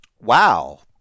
Wow